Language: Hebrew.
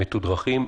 מתודרכים,